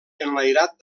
enlairat